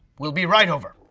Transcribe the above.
we'll be right over.